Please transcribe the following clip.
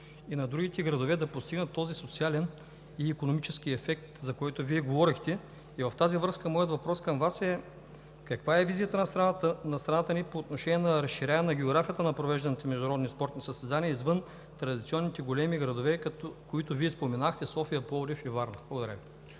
и на другите градове да постигнат този социален и икономически ефект, за който Вие говорихте. Моят въпрос към Вас е: каква е визията на страната ни по отношение на разширяване географията на провежданите международни спортни състезания извън традиционните големи градове, за които Вие споменахте – София, Пловдив и Варна? Благодаря.